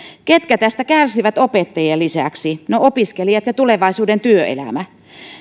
ketkä tästä kärsivät opettajien lisäksi no opiskelijat ja tulevaisuuden työelämä